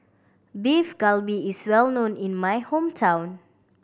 Beef Galbi is well known in my hometown